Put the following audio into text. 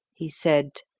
he said,